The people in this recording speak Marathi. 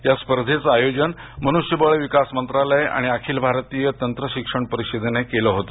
या स्पर्धेचं आयोजन मनुष्यबळ विकास मंत्रालय आणि अखिल भारतीय तंत्रशिक्षण परिषदेनं केलं होत